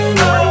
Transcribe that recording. no